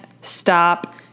stop